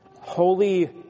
holy